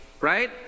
Right